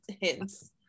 hints